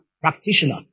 practitioner